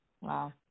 Wow